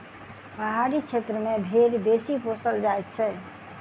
पहाड़ी क्षेत्र मे भेंड़ बेसी पोसल जाइत छै